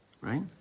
right